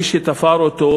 מי שתפר אותו,